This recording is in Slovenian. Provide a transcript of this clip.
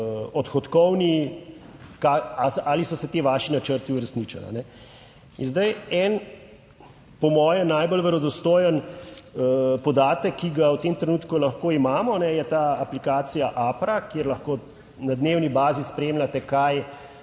odhodkovni, ali so se ti vaši načrti uresničili. In zdaj en po moje najbolj verodostojen podatek, ki ga v tem trenutku lahko imamo, je ta aplikacija APRA, kjer lahko na dnevni bazi spremljate, kako